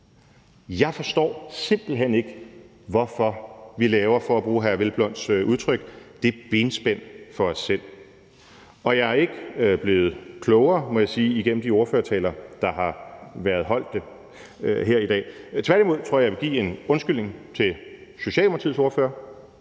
Jeg forstår simpelt hen ikke, hvorfor vi laver – for at bruge hr. Peder Hvelplunds udtryk – det benspænd for os selv. Og jeg er ikke blevet klogere, må jeg sige, igennem de ordførertaler, der har været holdt her i dag. Tværtimod tror jeg, at jeg vil give en undskyldning til Socialdemokratiets ordfører,